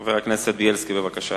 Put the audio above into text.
חבר הכנסת זאב בילסקי, בבקשה.